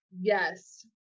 yes